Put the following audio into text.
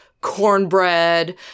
cornbread